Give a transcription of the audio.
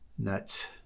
Nuts